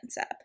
up